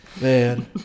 Man